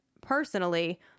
personally